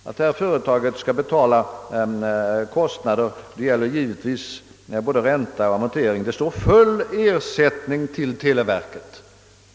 Detta gäller naturligtvis både räntor och amorteringar, ty enligt reservationens skrivning skall företaget betala »full ersättning till tele verket».